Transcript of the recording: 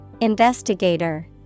Investigator